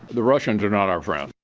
the russians are not our friend.